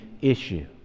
issue